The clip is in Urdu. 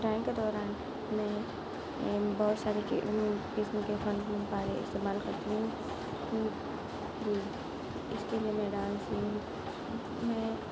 ڈرائنگ کے دوران میں بہت ساری چیز قسم کے فن پارے استعمال کرتی ہوں ہوں ہوں اس کے لیے میں ڈامس یوز میں